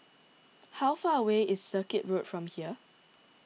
how far away is Circuit Road from here